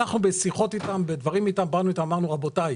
בשיחות אתם אמרנו,